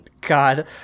God